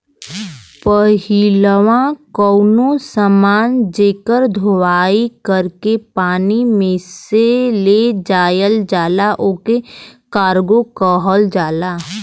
पहिलवा कउनो समान जेकर धोवाई कर के पानी में से ले जायल जाला ओके कार्गो कहल जाला